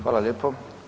Hvala lijepa.